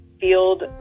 field